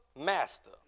master